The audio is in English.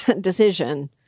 decision